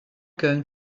going